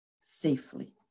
safely